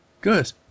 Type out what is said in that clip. Good